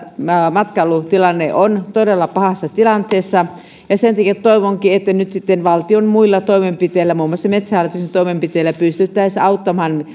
matkailu on todella pahassa tilanteessa ja sen takia toivonkin että nyt sitten valtion muilla toimenpiteillä muun muassa metsähallituksen toimenpiteillä pystyttäisiin auttamaan